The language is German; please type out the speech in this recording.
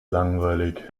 langweilig